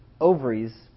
ovaries